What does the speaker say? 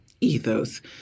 ethos